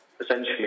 essentially